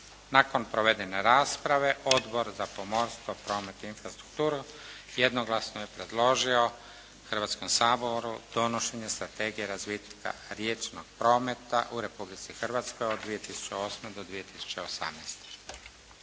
Nakon provedene rasprave Odbor za pomorstvo, promet i infrastrukturu jednoglasno je predložio Hrvatskom saboru donošenje strategije razvitka riječnog prometa u Republici Hrvatskoj od 2008. do 2018.